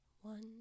one